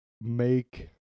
make